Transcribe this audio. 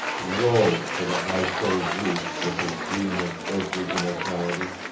woe for the high-souled youth, with his dream of earthly immortality!